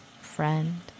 friend